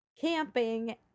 camping